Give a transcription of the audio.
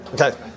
Okay